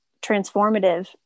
transformative